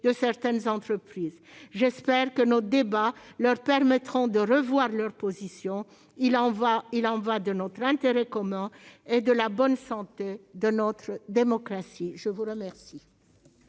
de certaines entreprises. J'espère que nos débats leur permettront de revoir leur position. C'est dans notre intérêt commun. Il y va de la bonne santé de notre démocratie. La parole